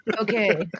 Okay